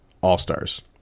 All-Stars